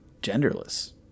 genderless